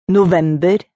November